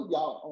Y'all